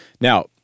Now